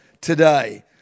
today